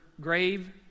grave